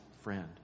friend